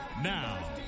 Now